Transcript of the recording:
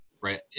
right